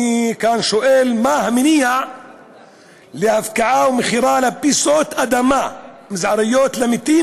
אני כאן שואל: מה המניע להפקעה ומכירה של פיסות אדמה מזעריות של מתים,